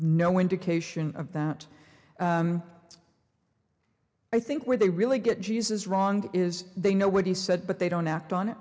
no indication of that i think where they really get jesus wrong is they know what he said but they don't act on it